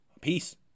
Peace